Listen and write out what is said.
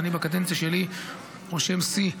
אני בקדנציה שלי רושם שיא,